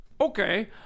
Okay